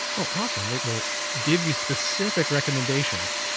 oh, awesome. it will give you specific recommendations.